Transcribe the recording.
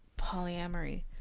polyamory